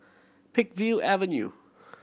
Peakville Avenue